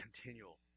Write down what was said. continual